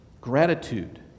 gratitude